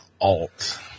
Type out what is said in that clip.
alt